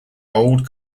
old